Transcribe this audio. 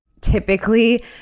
typically